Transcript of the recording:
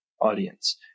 audience